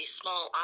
small